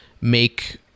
make